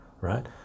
right